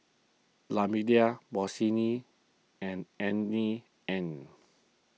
La Bossini and Annie Anne's